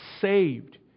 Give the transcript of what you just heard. saved